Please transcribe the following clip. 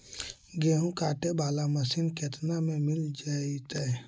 गेहूं काटे बाला मशीन केतना में मिल जइतै?